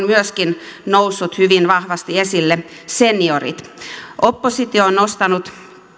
myöskin nousseet hyvin vahvasti esille seniorit oppositio on nostanut